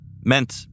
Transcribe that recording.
meant